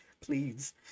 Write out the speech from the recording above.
please